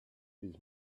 his